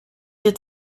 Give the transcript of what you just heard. dir